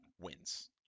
wins